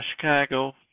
Chicago